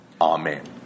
Amen